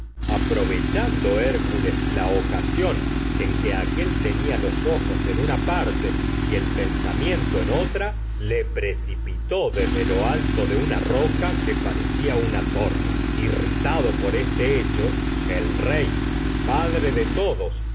aprovechando hércules la en ocasión que aquél otra tenía los ojos en una parte de y el pensamiento roca en le precipitó desde por lo alto este una que parecía una torre irritado hecho el rey y padre de todos